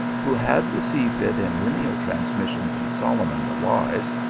who had received it in lineal transmission from solomon the wise,